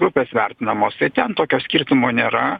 grupės vertinamos tai ten tokio skirtumo nėra